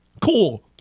Cool